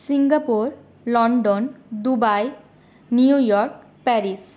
Singapore London Dubai New York Paris